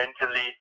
mentally